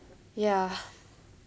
ya